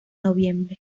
noviembre